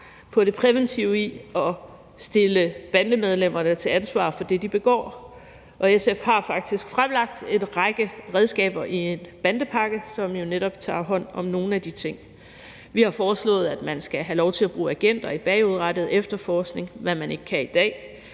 på det præventive i at stille bandemedlemmer til ansvar for det, de begår. SF har faktisk fremlagt en række redskaber i en bandepakke, som jo netop tager hånd om nogle af de ting. Vi har foreslået, at man skal have lov til at bruge agenter i bagudrettet efterforskning, hvad man ikke kan i dag.